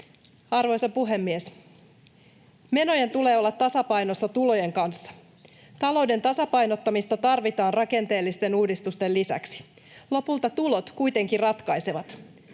Arvoisa puhemies! Menojen tulee olla tasapainossa tulojen kanssa. Talouden tasapainottamista tarvitaan rakenteellisten uudistusten lisäksi. Lopulta tulot kuitenkin ratkaisevat.